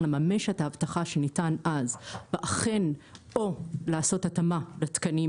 לממש את ההבטחה שניתנה אז ואכן או לעשות התאמה לתקנים